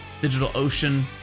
DigitalOcean